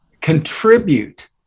contribute